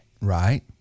Right